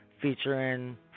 featuring